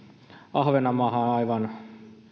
ahvenanmaahan on aivan